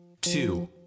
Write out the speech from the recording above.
two